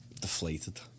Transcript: Deflated